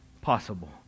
possible